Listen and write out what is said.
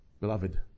Beloved